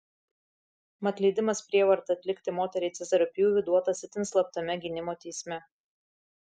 mat leidimas prievarta atlikti moteriai cezario pjūvį duotas itin slaptame gynimo teisme